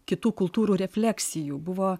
kitų kultūrų refleksijų buvo